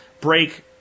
break